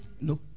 no